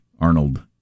Arnold